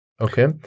Okay